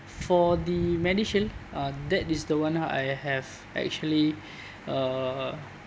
for the MediShield uh that is the one I have actually uh